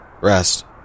Rest